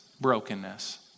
brokenness